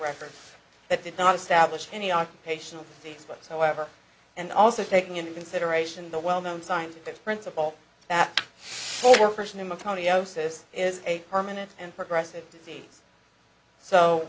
records that did not establish any occupational dates whatsoever and also taking into consideration the well known scientific principle that whole first name of tonio says is a permanent and progressive disease so